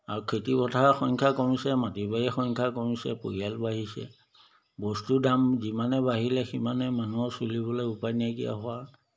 আৰু খেতিপথাৰৰ সংখ্যা কমিছে মাটি বাৰীৰ সংখ্যা কমিছে পৰিয়াল বাঢ়িছে বস্তুৰ দাম যিমানে বাঢ়িলে সিমানে মানুহৰ চলিবলৈ উপায় নাইকিয়া হোৱা